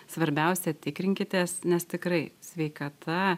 svarbiausia tikrinkitės nes tikrai sveikata